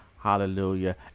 Hallelujah